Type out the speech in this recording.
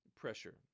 pressure